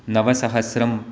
नवसहस्रम्